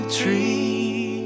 tree